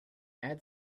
add